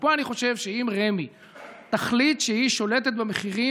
ופה אני חושב שאם רמ"י תחליט שהיא שולטת במחירים